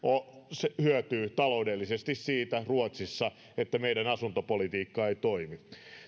joka hyötyy ruotsissa taloudellisesti siitä että meidän asuntopolitiikka ei toimi